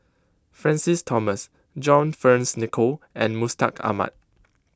Francis Thomas John Fearns Nicoll and Mustaq Ahmad